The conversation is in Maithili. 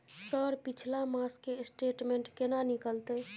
सर पिछला मास के स्टेटमेंट केना निकलते?